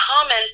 common